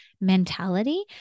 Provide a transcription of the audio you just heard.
mentality